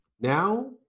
Now